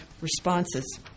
responses